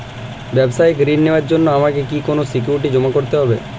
ব্যাবসায়িক ঋণ নেওয়ার জন্য আমাকে কি কোনো সিকিউরিটি জমা করতে হবে?